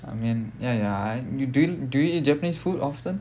I mean ya ya I you do you do you eat japanese food often